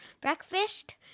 breakfast